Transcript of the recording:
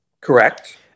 Correct